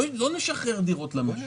לא נשחרר דירות לשוק.